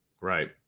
Right